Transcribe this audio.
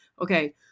okay